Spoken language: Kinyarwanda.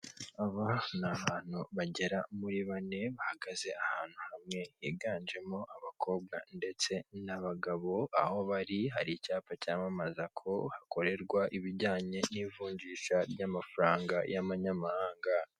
Aba ni abantu bagera muri bane, bahagaze ahantu hamwe, higanjemo abakobwa ndetse n'abagabo. Aho bari hari icyapa cyamamaza ko hakorerwa ibijyanye n'ivunjisha ry'amafaranga y'anyamahanga.